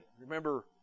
Remember